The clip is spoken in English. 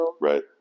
right